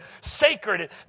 sacred